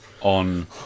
on